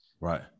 Right